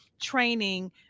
training